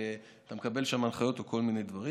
שאתה מקבל שם הנחיות או כל מיני דברים,